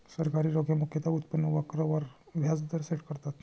सरकारी रोखे मुख्यतः उत्पन्न वक्र वर व्याज दर सेट करतात